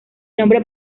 nombre